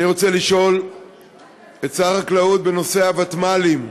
אני רוצה לשאול את שר החקלאות בנושא הוותמ"לים.